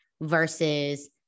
versus